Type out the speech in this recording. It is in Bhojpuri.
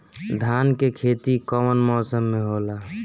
धान के खेती कवन मौसम में होला?